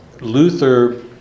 Luther